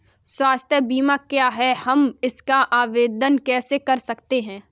स्वास्थ्य बीमा क्या है हम इसका आवेदन कैसे कर सकते हैं?